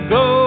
go